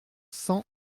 cent